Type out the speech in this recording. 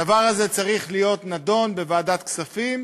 הדבר הזה צריך להיות נדון בוועדת הכספים,